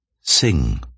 Sing